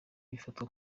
bifatwa